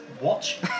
Watch